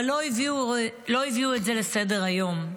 אבל לא הביאו את זה לסדר-היום.